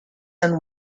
and